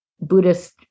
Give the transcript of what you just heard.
Buddhist